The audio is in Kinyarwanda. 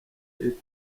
hit